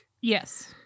yes